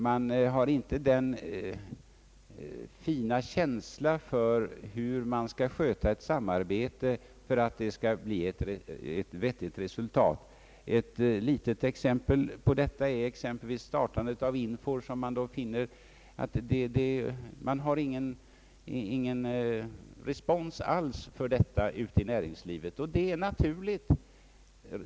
Man har inte den fina känslan för hur man skall sköta ett samarbete för att det skall bli ett vettigt resultat. Ett litet exempel på detta är startandet av INFÖR, där man nu finner att det ute i näringslivet inte finns någon respons alls. Och det är naturligt.